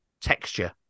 texture